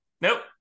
nope